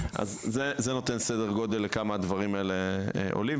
זה נותן סדר גודל לכמה הדברים האלה עולים.